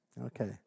Okay